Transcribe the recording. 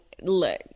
look